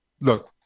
look